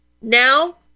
Now